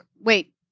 wait